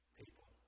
people